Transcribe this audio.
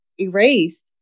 erased